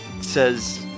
says